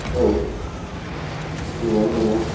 औ गोबां दङ